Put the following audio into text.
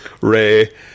Ray